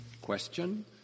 question